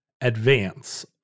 advance